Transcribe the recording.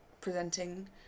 presenting